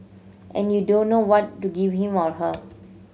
and you don't know what to give him or her